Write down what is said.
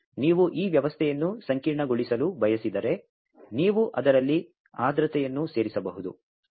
ಮತ್ತು ನೀವು ಈ ವ್ಯವಸ್ಥೆಯನ್ನು ಸಂಕೀರ್ಣಗೊಳಿಸಲು ಬಯಸಿದರೆ ನೀವು ಅದರಲ್ಲಿ ಆರ್ದ್ರತೆಯನ್ನು ಸೇರಿಸಬಹುದು